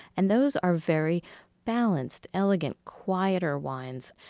and those are very balanced, elegant, quieter wines.